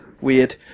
weird